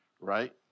Right